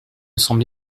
semble